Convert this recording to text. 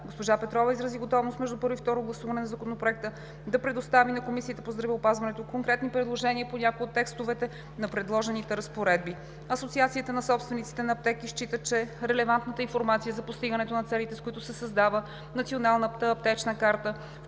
Госпожа Петрова изрази готовност между първо и второ гласуване на Законопроекта да предостави на Комисията по здравеопазването конкретни предложения по някои от текстовете на предложените разпоредби. Асоциацията на собствениците на аптеки счита, че релевантната информация за постигането на целите, с които се създава Националната аптечна карта